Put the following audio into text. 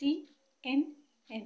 C N N